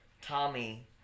Tommy